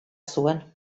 zuen